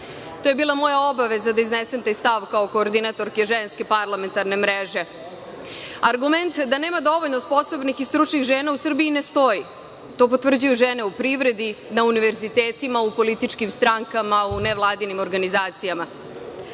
je bila moja obaveza da iznesem taj stav kao koordinatorke Ženske parlamentarne mreže. Argument da nema dovoljno sposobnih i stručnih žena u Srbiji, ne stoji. To potvrđuju žene u privredi, na univerzitetima, u političkim strankama u nevladinim organizacijama.